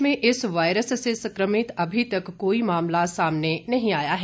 प्रदेश में इस वायरस से संक्रमित अभी तक कोई मामला सामने नहीं आया है